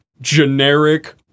generic